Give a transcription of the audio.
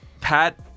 Pat